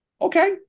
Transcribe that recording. okay